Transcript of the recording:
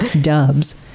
dubs